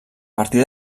partir